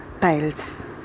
tiles